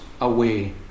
away